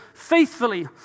faithfully